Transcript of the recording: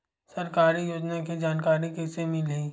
सरकारी योजना के जानकारी कइसे मिलही?